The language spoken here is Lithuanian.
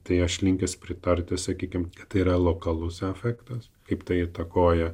tai aš linkęs pritarti sakykime kad tai yra lokalus efektas kaip tai įtakoja